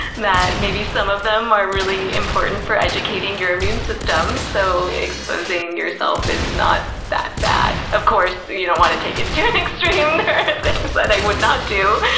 that maybe some of them are really important for educating your immune system, so exposing yourself is not that bad. of course, you don't want to take it to an extreme. there are things that i would not do.